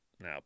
Now